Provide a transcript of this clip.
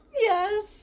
Yes